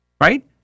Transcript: right